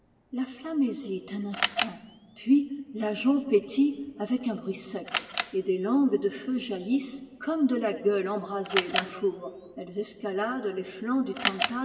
la flamme hésite un instant puis l'ajonc pétille avec un bruit sec et des langues de feu jaillissent comme de la gueule embrasée d'un four elles escaladent les flancs du